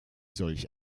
solch